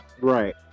Right